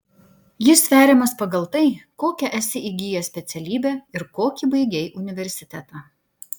jis sveriamas pagal tai kokią esi įgijęs specialybę ir kokį baigei universitetą